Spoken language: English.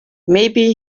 maybe